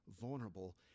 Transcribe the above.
vulnerable